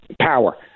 power